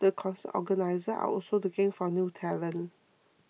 the concert organisers are also looking for new talent